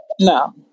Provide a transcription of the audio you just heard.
No